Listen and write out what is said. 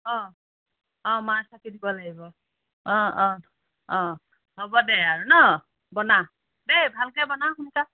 অ' অ' মাৰ চাকি দিব লাগিব অ' অ' অ' হ'ব দে আৰু ন বনা দেই ভালকৈ বনা সোনকাল